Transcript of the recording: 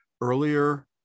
earlier